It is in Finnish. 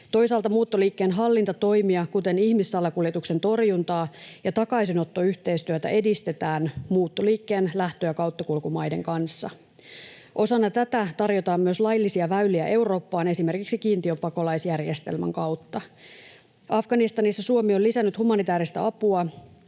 Toisaalta muuttoliikkeen hallintatoimia, kuten ihmissalakuljetuksen torjuntaa ja takaisinottoyhteistyötä edistetään muuttoliikkeen lähtö- ja kauttakulkumaiden kanssa. Osana tätä tarjotaan myös laillisia väyliä Eurooppaan esimerkiksi kiintiöpakolaisjärjestelmän kautta. Afganistanissa Suomi on lisännyt humanitääristä apua